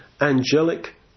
Angelic